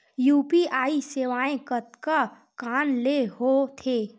UPI सेवाएं कतका कान ले हो थे?